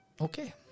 Okay